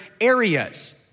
areas